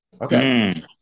Okay